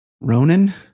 Ronan